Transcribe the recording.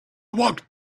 walked